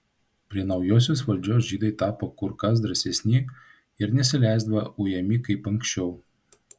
prie naujosios valdžios žydai tapo kur kas drąsesni ir nesileisdavo ujami kaip anksčiau